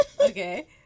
Okay